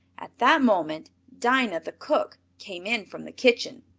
at that moment, dinah, the cook, came in from the kitchen.